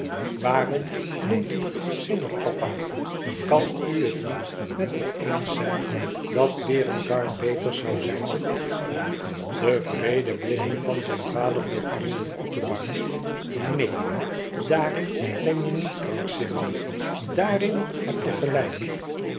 waarom noemt u me krankzinnig papa kàn u het niet met me eens zijn dat berengar beter zoû zijn dan ik de wreede blikken van zijn vader doorpriemden othomar neen daarin ben je niet krankzinnig daarin heb je gelijk